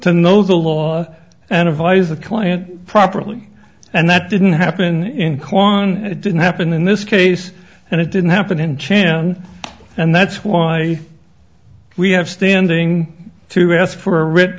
to know the law and advise the client properly and that didn't happen in kwan and it didn't happen in this case and it didn't happen in chan and that's why we have standing to ask for